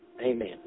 Amen